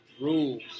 rules